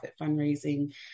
fundraising